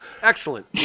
Excellent